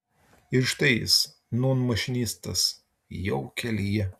ir štai jis nūn mašinistas jau kelyje